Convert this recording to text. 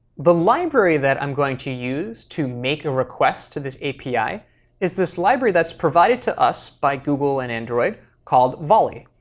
the library that i'm going to use to make a request to this api is this library that's provided to us by google and android called volley.